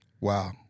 Wow